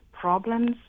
problems